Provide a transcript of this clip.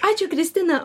ačiū kristina